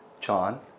John